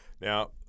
now